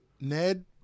Ned